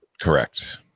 Correct